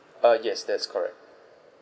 uh yes that's correct